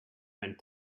went